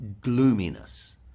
gloominess